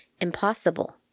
impossible